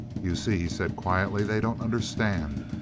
you see, he said quietly, they don't understand.